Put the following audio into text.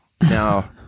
Now